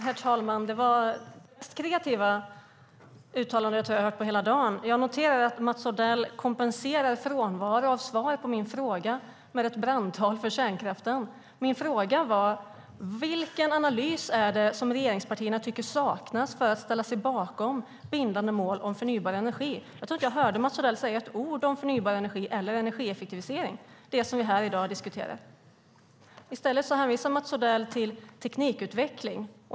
Herr talman! Det var det mest kreativa uttalandet jag har hört på hela dagen. Jag noterar att Mats Odell kompenserar frånvaro av svar på min fråga med ett brandtal för kärnkraften. Min fråga var: Vilken analys är det som regeringspartierna tycker saknas för att ställa sig bakom bindande mål om förnybar energi? Jag tror inte att jag hörde Mats Odell säga ett ord om förnybar energi eller energieffektivisering, det som vi diskuterar här i dag. I stället hänvisar Mats Odell till teknikutveckling.